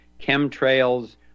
chemtrails